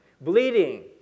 bleeding